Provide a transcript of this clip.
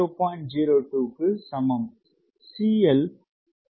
02 சமம் நான் CLபெறுவது0